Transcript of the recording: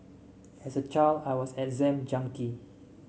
as a child I was an exam junkie